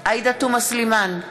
עאידה תומא סלימאן,